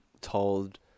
told